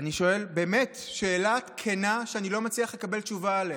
שואל באמת שאלה כנה שאני לא מצליח לקבל תשובה עליה: